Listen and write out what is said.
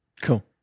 Cool